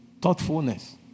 Thoughtfulness